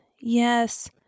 Yes